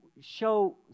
show